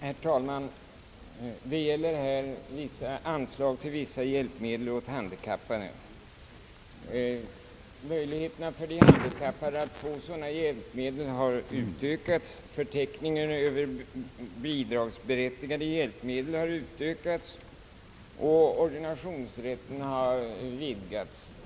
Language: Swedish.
Herr talman! Föreliggande punkt gäller anslag till vissa hjälpmedel åt handikappade. Möjligheterna för de handikappade att erhålla sådana hjälpmedel har förbättrats genom att förteckningen över bidragsberättigade hjälpmedel har utökats och genom att ordinationsrätten har vidgats.